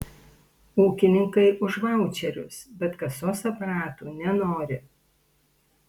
ūkininkai už vaučerius bet kasos aparatų nenori